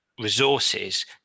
resources